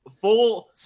full